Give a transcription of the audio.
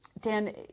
Dan